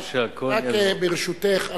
ברשותך,